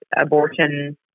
abortion